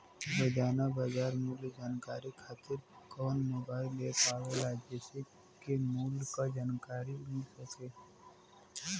रोजाना बाजार मूल्य जानकारी खातीर कवन मोबाइल ऐप आवेला जेसे के मूल्य क जानकारी मिल सके?